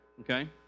Okay